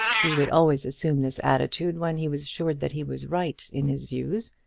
he would always assume this attitude when he was assured that he was right in his views,